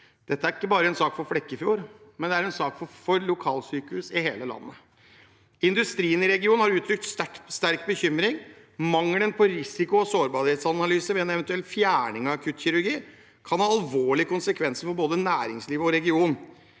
Dette er ikke bare en sak for Flekkefjord, men en sak for lokalsykehus i hele landet. Industrien i regionen har uttrykt sterk bekymring over mangelen på risiko- og sårbarhetsanalyse. En eventuell fjerning av akuttkirurgi kan ha alvorlige konsekvenser for både næringslivet og regionen.